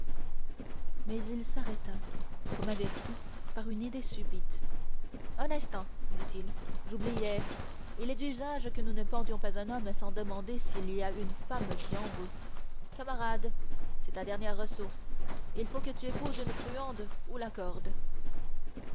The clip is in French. mais il s'arrêta comme averti par une idée subite un instant dit-il j'oubliais il est d'usage que nous ne pendions pas un homme sans demander s'il y a une femme qui en veut camarade c'est ta dernière ressource il faut que tu épouses une truande ou la corde